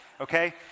okay